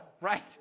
right